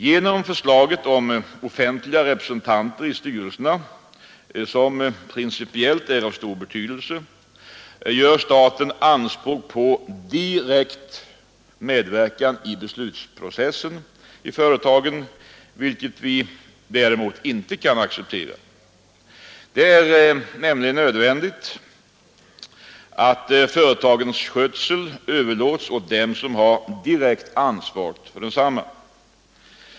Genom förslaget om offentliga representanter i styrelserna — som principiellt är av stor betydelse — gör staten anspråk på direkt medverkan i beslutsprocessen i företagen, vilket vi däremot inte kan acceptera. Det är nämligen nödvändigt att företagens skötsel överlåts åt dem som har direkt ansvar för denna.